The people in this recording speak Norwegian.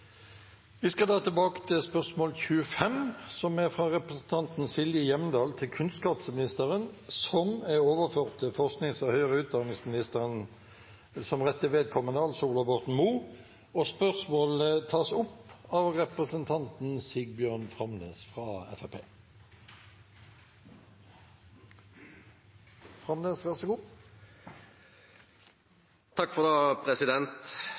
Vi går da tilbake til spørsmål 25. Dette spørsmålet, fra Silje Hjemdal til kunnskapsministeren, er overført til forsknings- og høyere utdanningsministeren som rette vedkommende. Spørsmålet vil bli tatt opp av representanten Sigbjørn Framnes. «Helsefagarbeidarane har tileigna seg god kompetanse innan faget sitt. Dei har arbeidd tett opp mot andre faggrupper i det